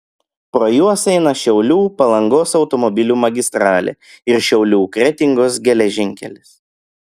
pro juos eina šiaulių palangos automobilių magistralė ir šiaulių kretingos geležinkelis